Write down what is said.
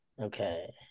Okay